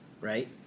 right